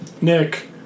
Nick